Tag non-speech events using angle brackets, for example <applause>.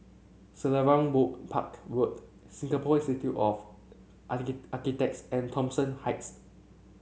Selarang Road Park Road Singapore Institute of <unintelligible> Architects and Thomson Heights